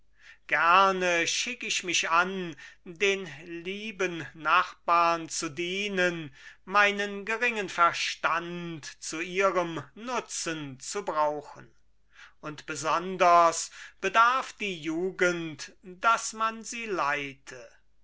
gerne schick ich mich an den lieben nachbarn zu dienen meinen geringen verstand zu ihrem nutzen zu brauchen und besonders bedarf die jugend daß man sie leite